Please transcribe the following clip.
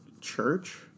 church